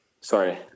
Sorry